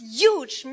huge